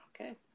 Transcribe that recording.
Okay